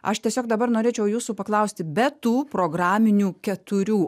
aš tiesiog dabar norėčiau jūsų paklausti be tų programinių keturių